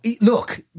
look